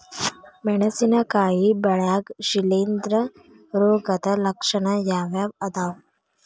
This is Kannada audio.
ಮೆಣಸಿನಕಾಯಿ ಬೆಳ್ಯಾಗ್ ಶಿಲೇಂಧ್ರ ರೋಗದ ಲಕ್ಷಣ ಯಾವ್ಯಾವ್ ಅದಾವ್?